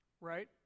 right